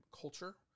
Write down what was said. culture